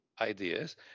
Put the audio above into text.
ideas